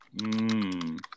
Mmm